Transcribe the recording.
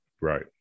right